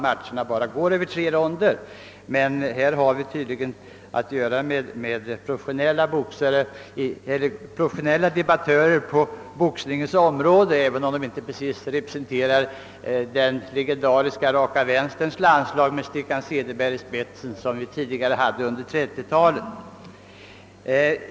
Men här har vi tydligen att göra med professionella de battörer på boxningens område, även om de inte precis representerar den legendariska raka vänsterns landslag med »Stickan» Cederberg i spetsen som vi hade under 1930-talet.